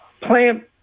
Plant